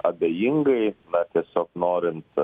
abejingai na tiesiog norint